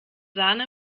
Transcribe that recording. sahne